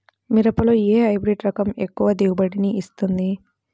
మిరపలో ఏ హైబ్రిడ్ రకం ఎక్కువ దిగుబడిని ఇస్తుంది?